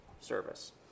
service